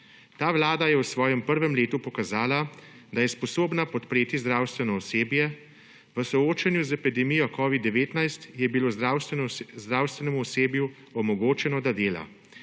Ta vlada je v svojem prvem letu pokazala, da je sposobna podpreti zdravstveno osebje. V soočanju z epidemijo covida-19 je bilo zdravstvenemu osebju omogočeno, da dela.